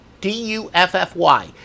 D-U-F-F-Y